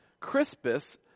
Crispus